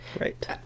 Right